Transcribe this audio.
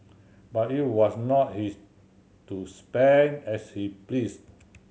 but it was not his to spend as he pleased